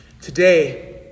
Today